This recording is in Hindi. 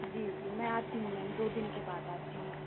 जी जी मैं आती हूँ मैम दो दिन के बाद आती हूँ